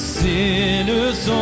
sinners